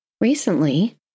recently